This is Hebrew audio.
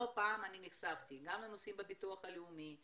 לא פעם אני נחשפתי גם לנושאים בביטוח לאומי,